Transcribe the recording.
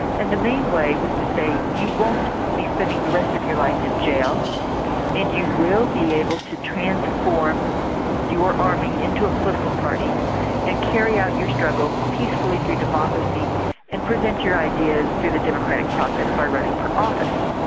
and the main way was to say you won't be spending the rest of your life in jail and you will be able to transform your army into a political party and carry out your struggle peacefully through democracy and present your ideas through the democratic process by running for office.